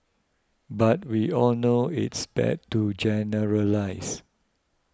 but we all know it's bad to generalise